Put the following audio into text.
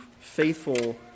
faithful